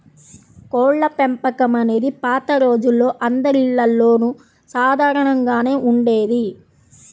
కోళ్ళపెంపకం అనేది పాత రోజుల్లో అందరిల్లల్లోనూ సాధారణంగానే ఉండేది